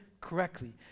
correctly